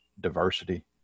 diversity